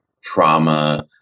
trauma